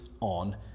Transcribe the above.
on